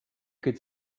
could